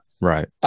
Right